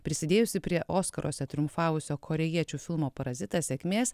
prisidėjusi prie oskaruose triumfavusio korėjiečių filmo parazitas sėkmės